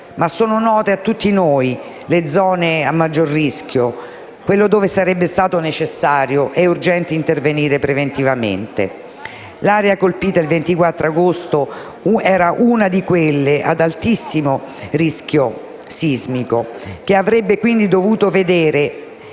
ma sono note a tutti noi le zone a maggior rischio, quelle dove sarebbe stato necessario e urgente intervenire preventivamente. L'area colpita il 24 agosto era una di quelle ad altissimo rischio sismico, sulla quale si sarebbe